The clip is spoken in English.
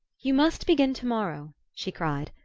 you must begin to-morrow! she cried,